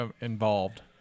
involved